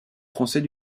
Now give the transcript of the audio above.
français